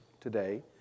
today